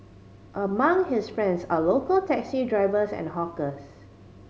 among his friends are local taxi drivers and hawkers